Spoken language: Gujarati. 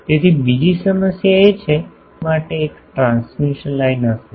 તેથી બીજી સમસ્યા એ છે કે દેખીતી રીતે ફીડ માટે એક ટ્રાન્સમિશન લાઇન હશે